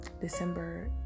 December